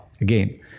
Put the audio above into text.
again